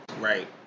Right